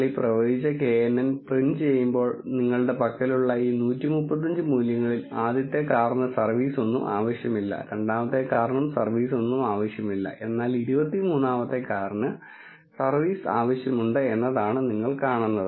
നിങ്ങൾ ഈ പ്രവചിച്ച knn പ്രിന്റ് ചെയ്യുമ്പോൾ നിങ്ങളുടെ പക്കലുള്ള ഈ 135 മൂല്യങ്ങളിൽ ആദ്യത്തെ കാറിന് സർവീസൊന്നും ആവശ്യമില്ല രണ്ടാമത്തെ കാറിനും സർവീസൊന്നും ആവശ്യമില്ല എന്നാൽ 23 ാമത്തെ കാറിന് സർവീസ് ആവശ്യമുണ്ട് എന്നതാണ് നിങ്ങൾ കാണുന്നത്